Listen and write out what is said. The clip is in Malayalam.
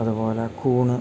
അതുപോലെ കൂണ്